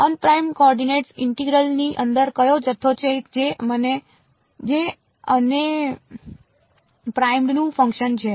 unprimed coordinates ઇન્ટિગ્રલની અંદર કયો જથ્થો છે જે અન પ્રાઇમ્ડનું ફંકશન છે